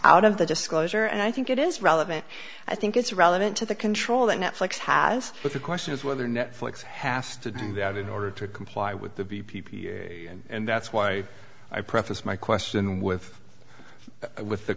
out of the disclosure and i think it is relevant i think it's relevant to the control that netflix has but the question is whether netflix has to do that in order to comply with the b p p and that's why i prefaced my question with with the